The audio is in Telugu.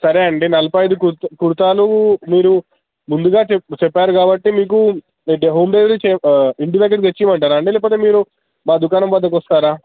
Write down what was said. సరే అండి నలభై ఐదు కు కుర్తాలు మీరు ముందుగా చె చెప్పారు కాబట్టి మీకు మీకు హోమ్ డెలివరీ ఇంటి దగ్గరికి తెచ్చిమంటారా అండి లేకపోతే మీరు మా దుకాణం వద్దకు వస్తారా